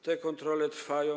Te kontrole trwają.